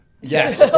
Yes